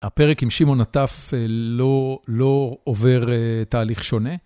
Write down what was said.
הפרק עם שמעון עטף לא עובר תהליך שונה.